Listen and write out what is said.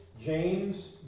James